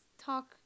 talk